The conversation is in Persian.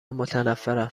متنفرم